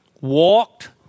walked